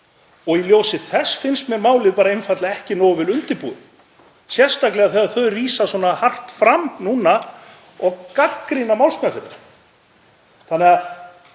og í ljósi þess finnst mér málið bara einfaldlega ekki nógu vel undirbúið, sérstaklega þegar þau ganga svona hart fram núna og gagnrýna málsmeðferðina.